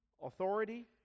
authority